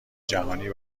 جهانی